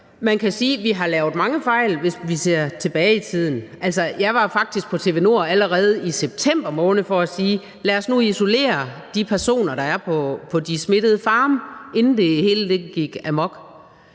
man kan sige, vi har lavet mange fejl, hvis vi ser tilbage i tiden. Jeg var faktisk på TV2 Nord allerede i september måned, inden det hele gik amok, for at sige: Lad os nu isolere de personer, der er på de smittede farme. Men nu er vi her,